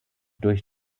durch